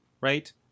right